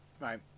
Right